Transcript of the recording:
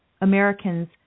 Americans